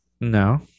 No